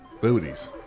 Booties